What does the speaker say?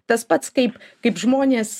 tas pats kaip kaip žmonės